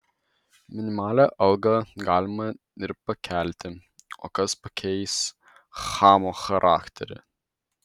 minimalią algą galima ir pakelti o kas pakeis chamo charakterį